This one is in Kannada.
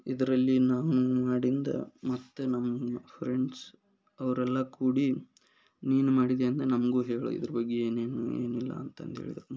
ಇದರಲ್ಲಿ ನಾವು ಮಾಡಿದ ಮತ್ತು ನಮ್ಮ ಫ್ರೆಂಡ್ಸ್ ಅವರೆಲ್ಲ ಕೂಡಿ ನೀನು ಮಾಡಿದೀಯ ಅಂದು ನಮಗೂ ಹೇಳು ಇದ್ರ ಬಗ್ಗೆ ಏನೇನು ಏನಿಲ್ಲ ಅಂತಂದು ಹೇಳ್ದೆ